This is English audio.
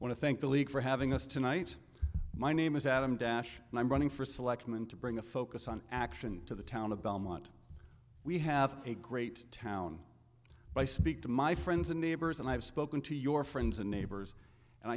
i think the league for having us tonight my name is adam dash and i'm running for selectman to bring the focus on action to the town of belmont we have a great town by speak to my friends and neighbors and i've spoken to your friends and neighbors and